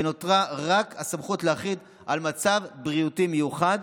ונותרה רק הסמכות להכריז על מצב בריאותי מיוחד,